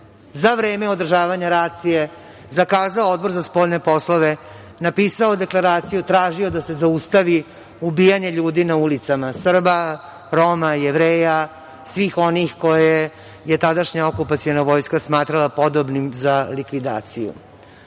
za vreme održavanja Racije zakazao Odbor za spoljne poslove, napisao deklaraciju, tražio da se zaustavi ubijanje ljudi na ulicama - Srba, Roma, Jevreja, svih onih koje je tadašnja okupaciona vojska smatrala podobnim za likvidaciju. Mi